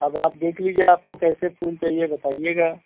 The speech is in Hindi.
अब आप देख लीजिए आपको कैसे फूल चाहिए बताइएगा